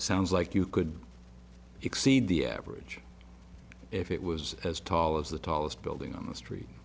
sounds like you could exceed the average if it was as tall as the tallest building on the street